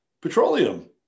petroleum